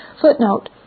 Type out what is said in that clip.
Footnote